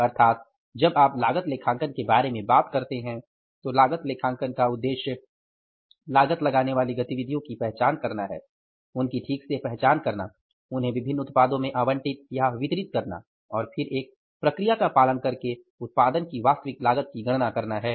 अर्थात जब आप लागत लेखांकन के बारे में बात करते हैं तो लागत लेखांकन का उद्देश्य लागत लगाने वाली गतिविधियों की पहचान करना है उनकी ठीक से पहचान करना उन्हें विभिन्न उत्पादों में आवंटित या वितरित करना और फिर एक प्रक्रिया का पालन करके उत्पादन की वास्तविक लागत की गणना करना है